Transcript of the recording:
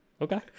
okay